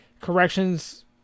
Corrections